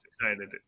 excited